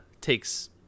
takes